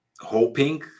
hoping